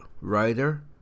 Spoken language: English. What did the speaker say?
writer